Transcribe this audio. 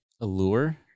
allure